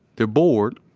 they're bored,